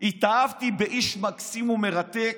התאהבתי באיש מקסים ומרתק,